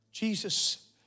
Jesus